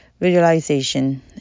visualization